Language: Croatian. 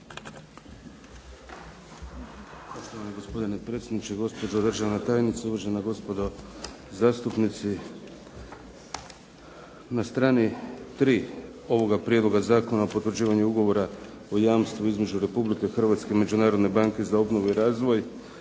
Poštovani gospodine predsjedniče. Gospođo državna tajnice, uvažena gospodo zastupnici. Na strani 3. ovoga Prijedloga zakona o potvrđivanju Ugovora o jamstvu između Republike Hrvatske i Međunarodne banke za obnovu i razvoj